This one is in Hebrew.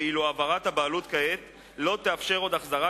ואילו העברת הבעלות כעת לא תאפשר עוד החזרת